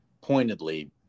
pointedly